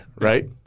Right